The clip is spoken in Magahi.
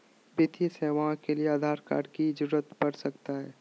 वित्तीय सेवाओं के लिए आधार कार्ड की जरूरत पड़ सकता है?